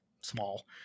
small